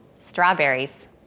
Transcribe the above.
strawberries